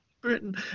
britain